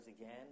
again